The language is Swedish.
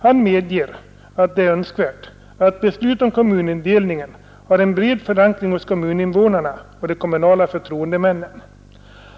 Han medger att det är önskvärt att beslut om kommunindelningen har en bred förankring hos kommuninvånarna och de kommunala förtroendemännen.